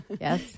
Yes